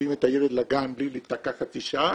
מביאים את הילד לגן בלי להיתקע חצי שעה,